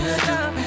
stop